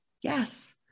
Yes